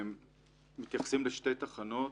אנחנו מתייחסים לשתי תחנות.